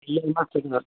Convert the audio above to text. हीउ मस्तु अथव